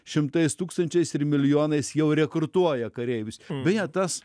šimtais tūkstančiais ir milijonais jau rekrutuoja kareivius beje tas